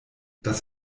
das